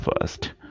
first